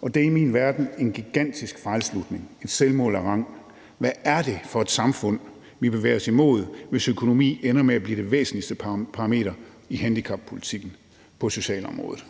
Og det er i min verden en gigantisk fejlslutning. Et selvmål af rang. Hvad er det for et samfund, vi bevæger os mod, hvis økonomi ender med at blive den væsentligste parameter i handicappolitikken? På socialområdet?«